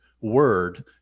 word